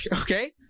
okay